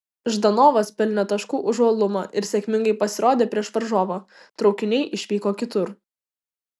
ždanovas pelnė taškų už uolumą ir sėkmingai pasirodė prieš varžovą traukiniai išvyko kitur